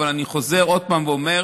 אבל אני חוזר עוד פעם ואומר: